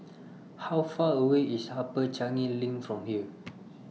How Far away IS Upper Changi LINK from here